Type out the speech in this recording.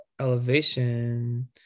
elevation